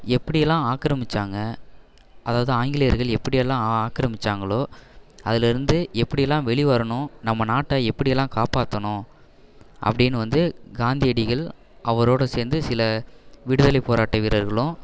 எப்படியெல்லாம் ஆக்கரமிச்சாங்க அதாவது ஆங்கிலேயர்கள் எப்படியெல்லாம் ஆக்கரமிச்சாங்களோ அதுலருந்து எப்படியெல்லாம் வெளி வரணும் நம்ம நாட்டை எப்படி எல்லாம் காப்பாற்றணும் அப்படினு வந்து காந்தியடிகள் அவரோட சேர்ந்து சில விடுதலை போராட்ட வீரர்களும்